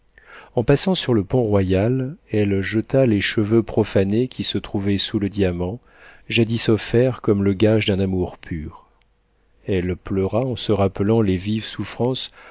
en passant sur le pont royal elle jeta les cheveux profanés qui se trouvaient sous le diamant jadis offert comme le gage d'un amour pur elle pleura en se rappelant les vives souffrances